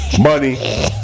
money